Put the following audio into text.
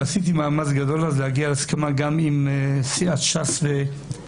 ועשיתי אז מאמץ גדול להגיע להסכמה גם עם סיעות ש"ס והמפד"ל,